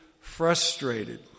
frustrated